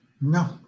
No